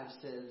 says